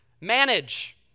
manage